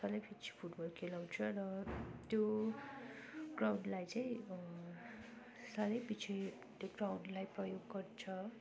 सालैपिछे फुटबल खेलाउँछ र त्यो ग्राउन्डलाई चाहिँ सालैपिछे त्यो ग्राउन्डलाई प्रयोग गर्छ